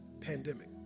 pandemic